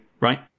right